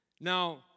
Now